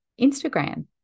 Instagram